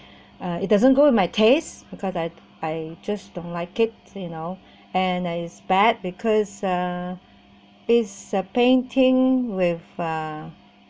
uh it doesn't go with my tastes because I I just don't like it you know and it's bad because uh it's a painting with uh